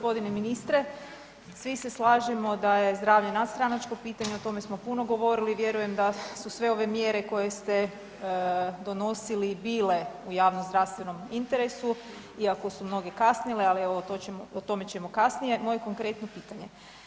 Poštovani g. ministre, svi se slažemo da je zdravlje nadstranačko pitanje, o tome smo puno govorili, vjerujem da su sve ove mjere koje ste donosili bile u javno-zdravstvenom interesu iako su mnoge kasnile ali evo o tome ćemo kasnije, moje konkretno pitanje.